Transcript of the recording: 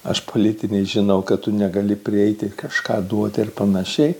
aš politiniai žinau kad tu negali prieiti ir kažką duoti ir panašiai